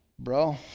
Bro